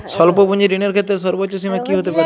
স্বল্প পুঁজির ঋণের ক্ষেত্রে সর্ব্বোচ্চ সীমা কী হতে পারে?